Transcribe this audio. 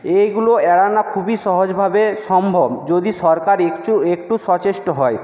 এইগুলো এড়ানো খুবই সহজভাবে সম্ভব যদি সরকার একটু একটু সচেষ্ট হয়